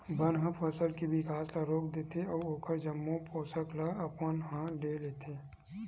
बन ह फसल के बिकास ल रोक देथे अउ ओखर जम्मो पोसक ल अपन ह ले लेथे